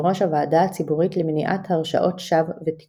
ראש הוועדה הציבורית למניעת הרשעות שווא ותיקונן.